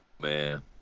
man